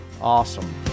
Awesome